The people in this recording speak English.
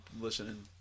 listening